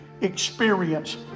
experience